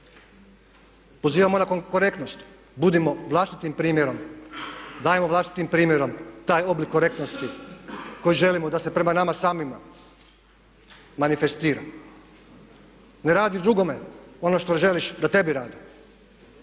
Pozivamo na korektnost. Budimo vlastitim primjerom, dajmo vlastitim primjerom taj oblik korektnosti koji želimo da se prema nama samima manifestira. Ne radi drugome ono što ne želiš da tebi rade.